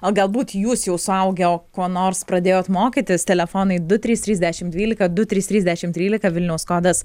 o galbūt jūs jau suaugę kuo nors pradėjot mokytis telefonai du trys trys dešimt dvylika du trys trys dešimt trylika vilniaus kodas